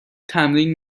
تمرین